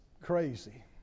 crazy